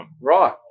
Right